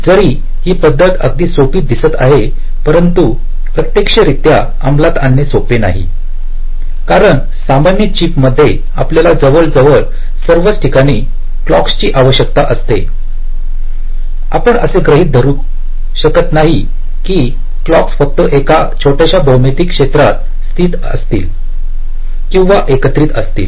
जरी ही पद्धत अगदी सोपी दिसत आहे परंतु प्रत्यक्षरित्या अमलात आणणे सोपे नाही कारण सामान्य चिप मध्ये आपल्याला जवळजवळ सर्वच ठिकाणी क्लॉकस ची आवश्यकता असते आपण असे गृहीत धरू शकत नाही की क्लॉकस फक्त एका छोट्याशा भौमितिक क्षेत्रात स्थित असतील किंवा एकत्रित असतील